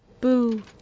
boo